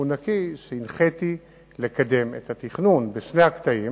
ובמצפון נקי שהנחיתי לקדם את התכנון בשני הקטעים,